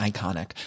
Iconic